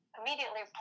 immediately